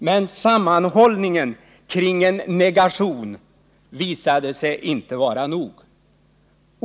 Men sammanhållningen kring en negation visade sig inte vara nog.